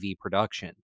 production